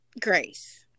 Grace